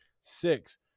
Six